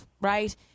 right